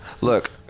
look